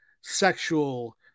sexual